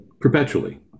perpetually